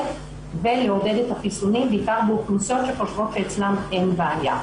ולעודד את החיסונים בעיקר באוכלוסיות שחושבות שאצלן אין בעיה.